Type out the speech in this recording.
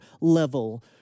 level